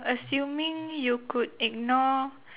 assuming you could ignore